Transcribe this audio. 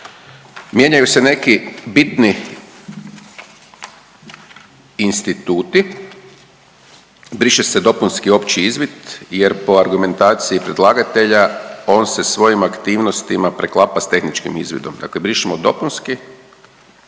Mijenjaju se neki bitni instituti, briše se dopunski, opći izvid jer po argumentaciji predlagatelja on se svojim aktivnostima preklapa sa tehničkim izvidom. Dakle, brišemo dopunski,